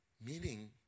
Meaning